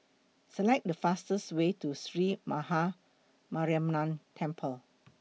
Select The fastest Way to Sree Maha Mariamman Temple